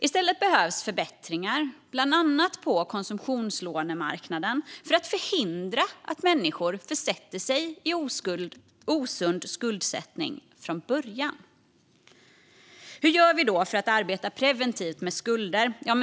I stället behövs förbättringar, bland annat på konsumtionslånemarknaden, för att förhindra att människor från början försätter sig i osund skuldsättning. Hur gör vi då för att arbeta preventivt med skulder?